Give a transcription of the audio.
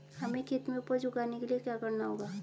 हमें खेत में उपज उगाने के लिये क्या करना होगा?